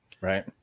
Right